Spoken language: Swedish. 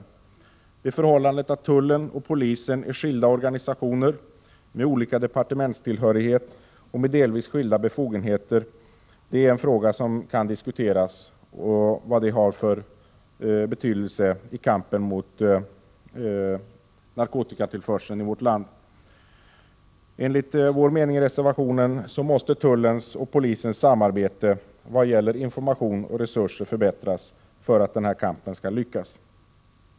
Det förhållandet att tullen och polisen är skilda organisationer med olika departementstillhörighet och med delvis skilda befogenheter är något vars betydelse i kampen mot narkotikatillförseln i vårt land kan diskuteras. Enligt vår mening måste tullens och polisens samarbete vad gäller information och resurser förbättras för att denna kamp skall lyckas.